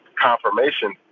confirmation